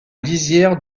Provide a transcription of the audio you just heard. lisière